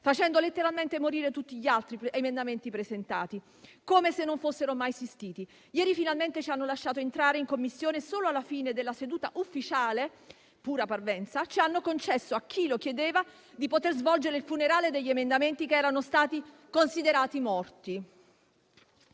facendo letteralmente morire tutti gli altri presentati, come se non fossero mai esistiti. Ieri finalmente ci hanno lasciato entrare in Commissione, solo alla fine della seduta ufficiale - pura parvenza - e hanno concesso a chi lo chiedeva di svolgere il funerale degli emendamenti che erano stati considerati morti.